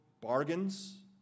bargains